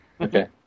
Okay